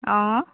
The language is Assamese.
অঁ